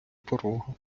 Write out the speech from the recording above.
порога